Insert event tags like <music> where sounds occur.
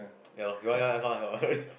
ya loh you want <laughs>